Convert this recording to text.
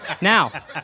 Now